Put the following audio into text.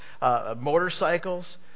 motorcycles